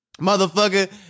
motherfucker